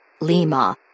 Lima